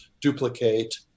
duplicate